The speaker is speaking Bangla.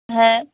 হ্যাঁ